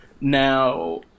Now